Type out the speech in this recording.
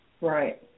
Right